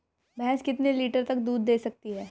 भैंस कितने लीटर तक दूध दे सकती है?